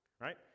right